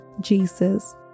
Jesus